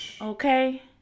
Okay